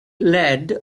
lead